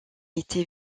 été